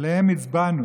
שעליהם הצבענו